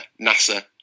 NASA